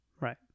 Right